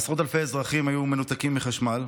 עשרות אלפי אזרחים היו מנותקים מחשמל.